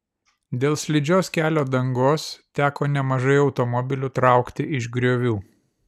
dėl slidžios kelio dangos teko nemažai automobilių traukti iš griovių